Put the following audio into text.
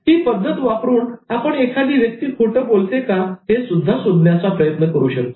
ही पद्धत वापरून आपण एखादी व्यक्ती खोटं बोलते का हेसुद्धा शोधण्याचा प्रयत्न करू शकतो